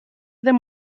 them